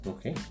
Okay